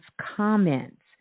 comments